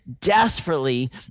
desperately